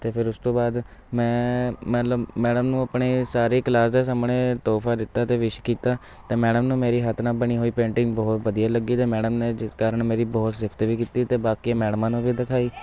ਅਤੇ ਫਿਰ ਉਸ ਤੋਂ ਬਾਅਦ ਮੈਂ ਮਤਲਬ ਮੈਡਮ ਨੂੰ ਆਪਣੇ ਸਾਰੇ ਕਲਾਸ ਦੇ ਸਾਹਮਣੇ ਤੋਹਫ਼ਾ ਦਿੱਤਾ ਅਤੇ ਵਿਸ਼ ਕੀਤਾ ਅਤੇ ਮੈਡਮ ਨੂੰ ਮੇਰੀ ਹੱਥ ਨਾਲ ਬਣੀ ਹੋਈ ਪੇਂਟਿੰਗ ਬਹੁਤ ਵਧੀਆ ਲੱਗੀ ਅਤੇ ਮੈਡਮ ਨੇ ਜਿਸ ਕਾਰਨ ਮੇਰੀ ਬਹੁਤ ਸਿਫ਼ਤ ਵੀ ਕੀਤੀ ਅਤੇ ਬਾਕੀਆਂ ਮੈਡਮਾਂ ਨੂੰ ਵੀ ਦਿਖਾਈ